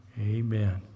Amen